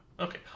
Okay